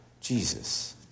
Jesus